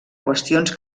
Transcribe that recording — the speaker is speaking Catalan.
qüestions